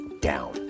down